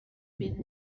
been